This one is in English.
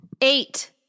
eight